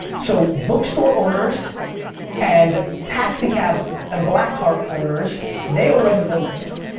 so bookstore owners and taxicab and black car owners they already know this.